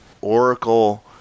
Oracle